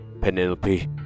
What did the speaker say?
Penelope